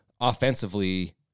offensively